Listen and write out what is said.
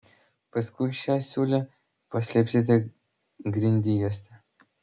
paskui šią siūlę paslėpsite grindjuoste